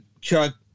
Chuck